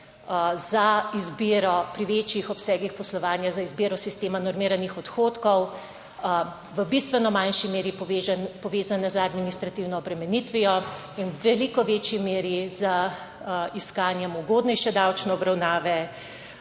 za izbiro pri večjih obsegih poslovanja za izbiro sistema normiranih odhodkov v bistveno manjši meri povezane z administrativno obremenitvijo in v veliko večji meri z iskanjem ugodnejše davčne obravnave.